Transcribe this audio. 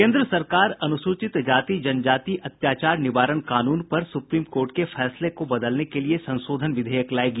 केन्द्र सरकार अनुसूचित जाति जनजाति अत्याचार निवारण कानून पर सुप्रीम कोर्ट के फैसले को बदलने के लिये संशोधन विधेयक लायेगी